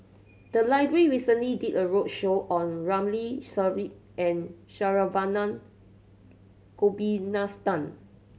the library recently did a roadshow on Ramli Sarip and Saravanan Gopinathan